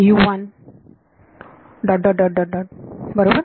तर बरोबर